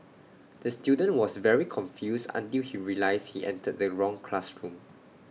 the student was very confused until he realised he entered the wrong classroom